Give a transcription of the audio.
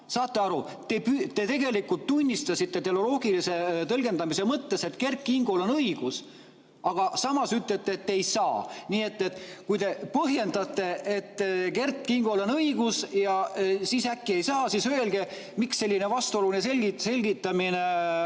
Saate aru? Te tunnistasite teleoloogilise tõlgendamise mõttes, et Kert Kingol on õigus, aga samas ütlete, et ei saa. Nii et kui te põhjendate, et Kert Kingol on õigus, ja siis äkki ei saa, siis öelge, miks selline vastuoluline selgitamine.